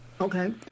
Okay